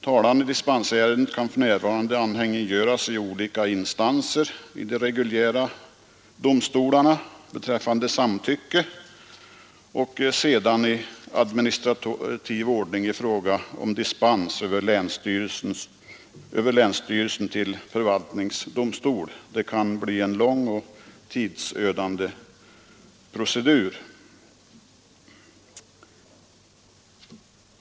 Talan i dispensärende kan för närvarande anhängiggöras i olika instanser, i de reguljära domstolarna beträffande samtycke, och i administrativ ordning i fråga om dispens, över länsstyrelse till förvaltningsdomstol. Det kan bli en lång och tidsödande procedur.